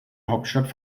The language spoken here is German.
hauptstadt